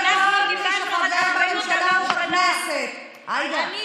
של כל מי שחבר בממשלה, בכנסת, עאידה.